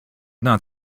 not